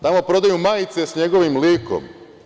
Tamo prodaju majice sa njegovim likom.